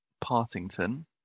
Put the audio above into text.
partington